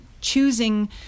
choosing